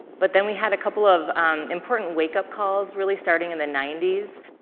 but then we had a couple of important wake-up calls really starting in the ninety s.